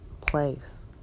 place